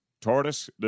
Tortoise